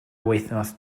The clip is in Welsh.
wythnos